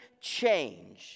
change